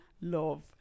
love